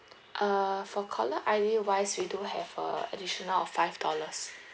uh for caller I_D wise we do have uh additional of five dollars